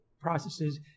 processes